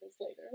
later